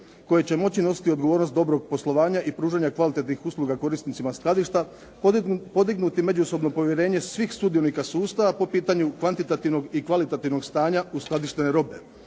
koje će moći nositi odgovornost dobrog poslovanja i pružanja kvalitetnih usluga korisnica skladišta, podignuti međusobno povjerenje svih sudionika sustava po pitanju kvantitativnog i kvalitativnog stanja uskladištene robe.